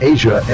Asia